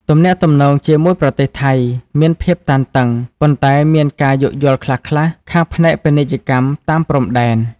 ទំនាក់ទំនងជាមួយប្រទេសថៃមានភាពតានតឹង ប៉ុន្តែមានការយោគយល់ខ្លះៗខាងផ្នែកពាណិជ្ជកម្មតាមព្រំដែន។